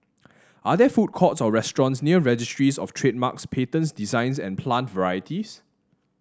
are there food courts or restaurants near Registries Of Trademarks Patents Designs and Plant Varieties